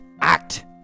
act